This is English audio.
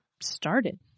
started